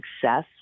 success